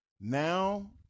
Now